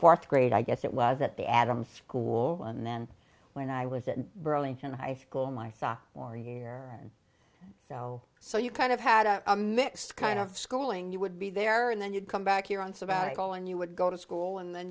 fourth grade i guess it was at the adams school and then when i was at burlington high school my sophomore year and so so you kind of had a mixed kind of schooling you would be there and then you'd come back here on sabbatical and you would go to school and then